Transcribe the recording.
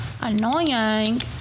Annoying